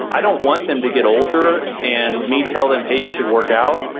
i don't want them to get older and me tell them, hey, you should work out.